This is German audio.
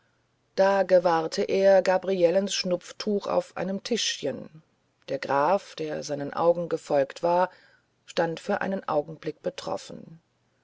da gewahrte er gabrielens schnupftuch auf einem tischchen der graf der seinen augen gefolgt war stand einen augenblick betroffen